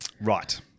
right